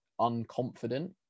unconfident